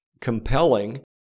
compelling